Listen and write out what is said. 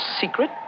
secret